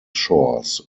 shores